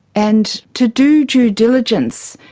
and to do due diligence,